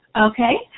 Okay